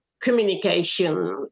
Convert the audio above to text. communication